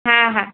हा हा